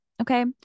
okay